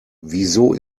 wieso